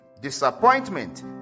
disappointment